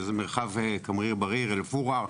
מרחב כמריר-בריר-עין פורעה.